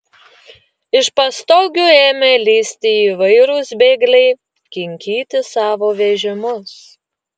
iš pastogių ėmė lįsti įvairūs bėgliai kinkyti savo vežimus